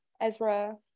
Ezra